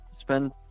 spend